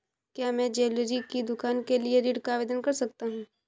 क्या मैं ज्वैलरी की दुकान के लिए ऋण का आवेदन कर सकता हूँ?